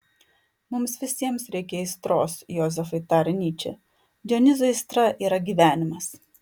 mums visiems reikia aistros jozefai tarė nyčė dionizo aistra yra gyvenimas